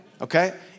Okay